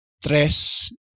tres